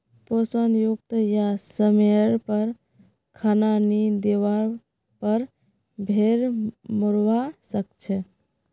पोषण युक्त या समयर पर खाना नी दिवार पर भेड़ मोरवा सकछे